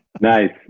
nice